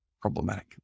problematic